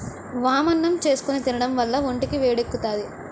వామన్నం చేసుకుని తినడం వల్ల ఒంటికి వేడెక్కుతాది